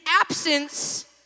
absence